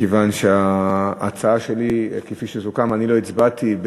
מכיוון שההצעה שלי, כפי שסוכם, אני לא הצבעתי,